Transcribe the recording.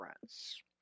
friends